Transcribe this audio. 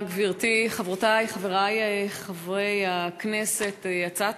28 חברי כנסת בעד, אין מתנגדים.